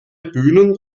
bühnen